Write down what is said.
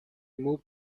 moved